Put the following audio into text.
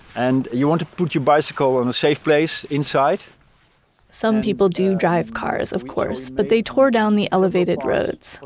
and you want to put your bicycle on a safe place inside some people do drive cars, of course, but they tore down the elevated roads.